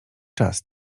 czas